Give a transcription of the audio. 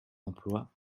emplois